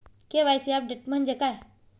KYC update म्हणजे काय?